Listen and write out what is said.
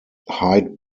hyde